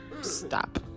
stop